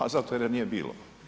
A zato jer je nije bilo?